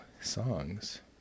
songs